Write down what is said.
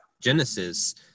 genesis